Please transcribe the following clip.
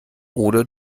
oder